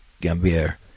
Gambier